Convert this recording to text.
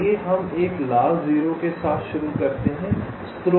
आइए हम एक लाल 0 के साथ शुरू करते हैं